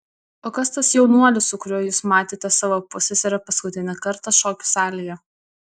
o kas tas jaunuolis su kuriuo jūs matėte savo pusseserę paskutinį kartą šokių salėje